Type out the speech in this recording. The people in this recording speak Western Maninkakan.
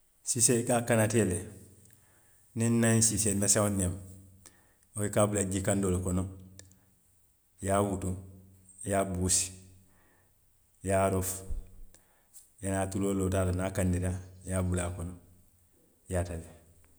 Siisee i ka a kanatee le, niŋ n na ñiŋ siisee meseŋolu lemu, wo i ka a bula jii kandoo le kono, i ye a wutu, i ye a buusi, i ye a roofu, i ye naa tuloo loo taa to niŋ a kandita, i ye a bula a kono, i ye a tabi